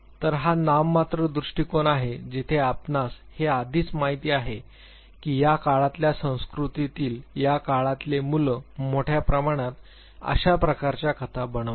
तर हा नाममात्र दृष्टिकोन आहे जिथे आपणास हे आधीच माहित आहे की या काळातल्या संस्कृतीतील या काळातले मुलं मोठ्या प्रमाणात अशा प्रकारच्या कथा बनवतात